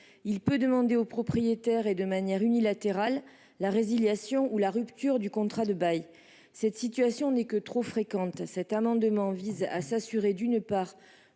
il peut demander au propriétaire, et ce de manière unilatérale, la résiliation ou la rupture du contrat de bail. Cette situation n'est que trop fréquente. Cet amendement vise à s'assurer, d'une part,